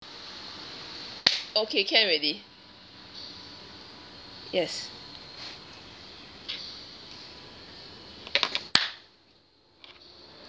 okay can already yes